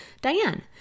Diane